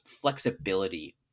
flexibility